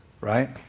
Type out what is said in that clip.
right